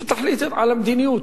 שתחליט על המדיניות,